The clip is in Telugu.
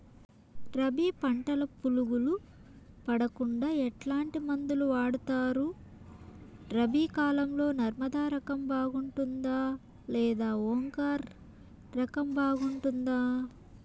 రబి పంటల పులుగులు పడకుండా ఎట్లాంటి మందులు వాడుతారు? రబీ కాలం లో నర్మదా రకం బాగుంటుందా లేదా ఓంకార్ రకం బాగుంటుందా?